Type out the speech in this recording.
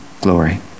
glory